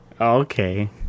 okay